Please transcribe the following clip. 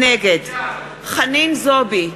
נגד חנין זועבי,